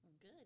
Good